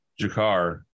Jakar